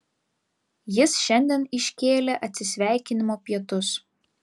jis šiandien iškėlė atsisveikinimo pietus